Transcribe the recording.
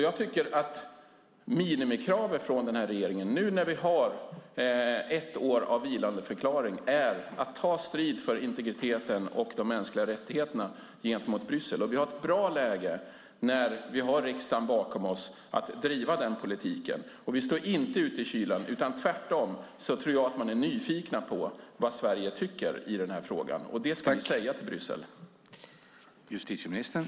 Jag tycker att minimikravet på regeringen när vi nu har ett år av vilandeförklaring är att ta strid för integriteten och de mänskliga rättigheterna i Bryssel. Vi har ett bra läge med riksdagen bakom oss att driva denna politik. Vi står inte ute i kylan. Tvärtom tror jag att man är nyfiken på vad Sverige tycker i frågan - och det ska vi säga till Bryssel.